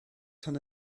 tan